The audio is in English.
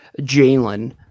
Jalen